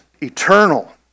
eternal